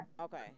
Okay